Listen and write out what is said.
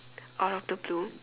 out of the blue